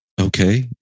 Okay